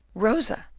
rosa,